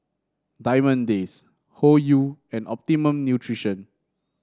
Diamond Days Hoyu and Optimum Nutrition